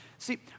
See